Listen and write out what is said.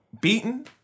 beaten